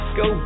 go